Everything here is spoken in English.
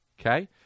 Okay